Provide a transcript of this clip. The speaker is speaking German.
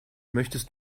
möchtest